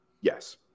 Yes